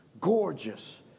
gorgeous